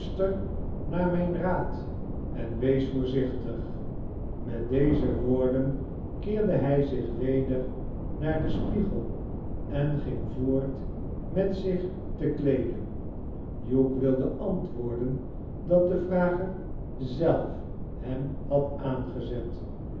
naar mijn raad en wees voorzichtig met deze woorden keerde hij zich weder naar den spiegel en ging voort met zich te kleeden hugh wilde antwoorden dat de vrager zelf hem had aangezet